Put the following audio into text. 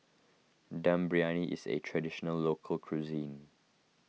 Dum Briyani is a Traditional Local Cuisine